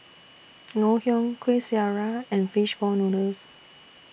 Ngoh Hiang Kuih Syara and Fish Ball Noodles